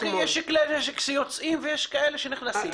אוקיי, יש כלי נשק שיוצאים, ויש כאלה שנכנסים.